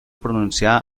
pronunciar